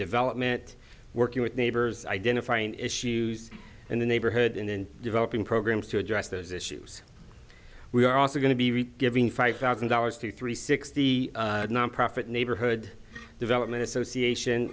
development working with neighbors identifying issues in the neighborhood and then developing programs to address those issues we are also going to be giving five thousand dollars to three six the nonprofit neighborhood development association